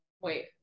wait